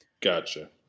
gotcha